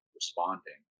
responding